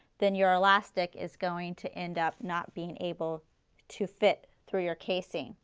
then your elastic is going to end up not being able to fit through your casing.